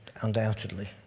undoubtedly